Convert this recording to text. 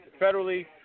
federally